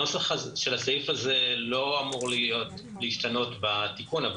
הנוסח של הסעיף הזה לא אמור להשתנות בתיקון אבל